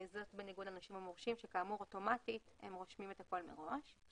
זה בניגוד לנושים המורשים שכאמור אוטומטית הם רושמים את הכול מראש.